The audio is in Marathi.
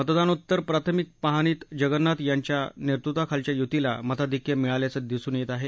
मतदानोत्तर प्राथमिक पाहणीत जगनाथ यांच्या नेतृत्वाखालच्या युतीला मताधिक्य मिळाल्याचं दिसून येत आहे